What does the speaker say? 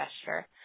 gesture